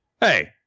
Hey